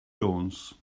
jones